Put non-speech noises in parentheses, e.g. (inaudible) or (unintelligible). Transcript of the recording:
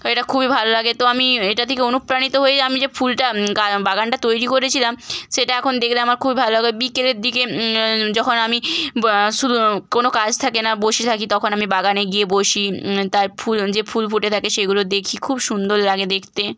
তো এটা খুবই ভালো লাগে তো আমি এটা থেকে অনুপ্রাণিত হয়ে আমি যে ফুলটা (unintelligible) বাগানটা তৈরি করেছিলাম সেটা এখন দেখলে আমার খুবই ভালো লাগে বিকেলের দিকে যখন আমি বা শুধু কোনো কাজ থাকে না বসে থাকি তখন আমি বাগানে গিয়ে বসি তার ফুল যে ফুল ফুটে থাকে সেগুলো দেখি খুব সুন্দর লাগে দেখতে